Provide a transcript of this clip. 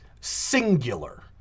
singular